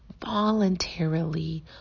voluntarily